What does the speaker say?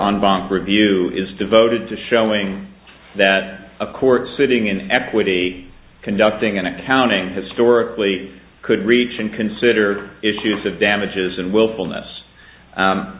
bhangra view is devoted to showing that a court sitting in equity conducting an accounting historically could reach and consider issues of damages and